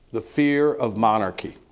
the fear of monarchy.